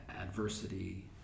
adversity